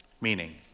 Meaning